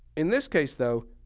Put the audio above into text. in this case though,